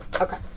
okay